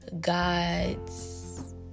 God's